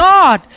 God